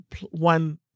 one